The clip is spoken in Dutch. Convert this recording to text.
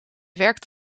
werkt